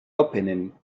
opening